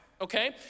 Okay